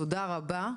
תודה רבה.